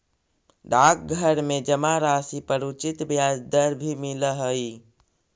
डाकघर में जमा राशि पर उचित ब्याज दर भी मिलऽ हइ